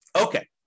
Okay